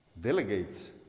delegates